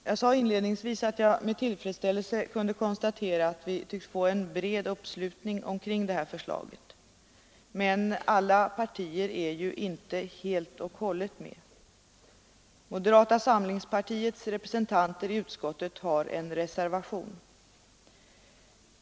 Jag sade inledningsvis att jag med tillfredsställelse kunde konstatera att vi tycks få en bred uppslutning om det här förslaget. Men alla partier är ju inte helt och hållet med. Moderata samlingspartiets representanter i utskottet har en reservation.